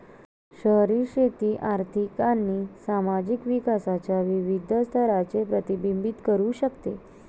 शहरी शेती आर्थिक आणि सामाजिक विकासाच्या विविध स्तरांचे प्रतिबिंबित करू शकते